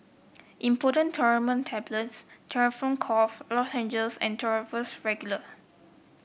Imodium Loperamide Tablets Difflam Cough Lozenges and Duro Regular